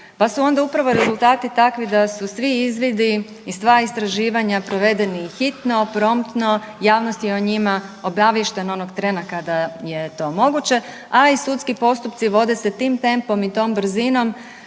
pa su onda upravo rezultati takvi da su svi izvidi i sva istraživanja provedeni hitno, promptno, javnost je o njima obaviještena onog trena kada je to moguće, a i sudski postupci vode se tim tempom i tom brzinom